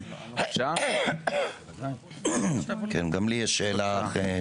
כן, גם לי יש שאלה.